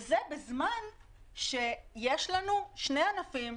וזה בזמן שיש לנו שני ענפים,